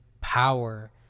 power